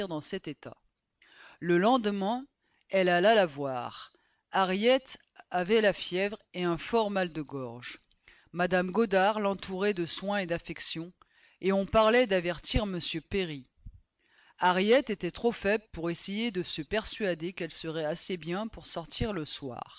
dans cet état le lendemain elle alla la voir harriet avait la fièvre et un fort mal de gorge mme goddard l'entourait de soins et d'affection et on parla d'avertir m perry harriet était trop faible pour essayer de se persuader qu'elle serait assez bien pour sortir le soir